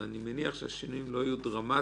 ואני מניח שהשינויים לא יהיו דרמטיים